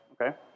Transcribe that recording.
Okay